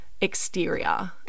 exterior